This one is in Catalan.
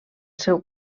seu